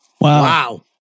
Wow